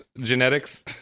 genetics